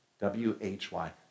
W-H-Y